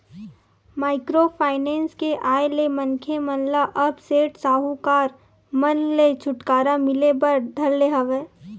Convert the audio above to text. micro finance के आय ले मनखे मन ल अब सेठ साहूकार मन ले छूटकारा मिले बर धर ले हवय